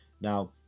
now